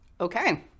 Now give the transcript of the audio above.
Okay